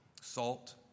salt